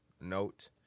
note